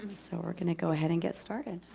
so we're gonna go ahead and get started.